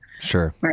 Sure